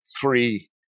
three